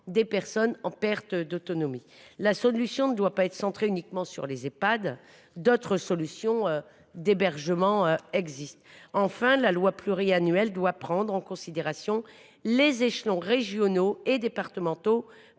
des personnes en perte d’autonomie. La solution ne doit pas être centrée uniquement sur les Ehpad, car d’autres types d’hébergement existent. Enfin, la loi pluriannuelle doit prendre en considération les échelons régional et départemental